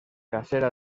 cacera